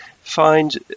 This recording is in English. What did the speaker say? find